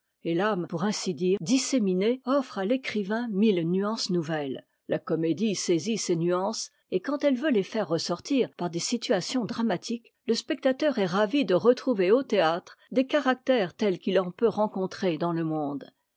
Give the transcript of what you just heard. et l'âme pour ainsi dire disséminée offre à l'écrivain mille nuances nouvelles la comédie saisit ces nuances et quand elle peut les faire ressortir par des situations dramatiques le spectateur est ravi de retrouver au théâtre des caractères tels qu'il en peut rencontrer dans le monde